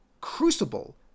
crucible